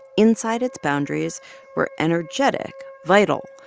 inside its boundaries were energetic, vital,